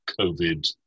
Covid